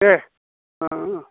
दे अ अ दे